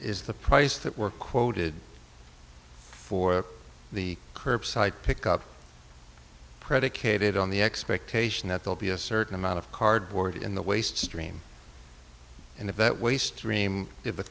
is the price that were quoted for the curbside pick up predicated on the expectation that they'll be a certain amount of cardboard in the waste stream and if that waste stream if